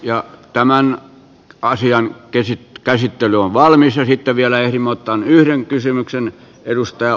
ja tämän asian kysyi käsittely on valmis elvyttäviä leimataan yhden kysymyksen edustaa